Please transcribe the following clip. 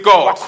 God